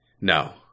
No